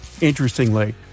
Interestingly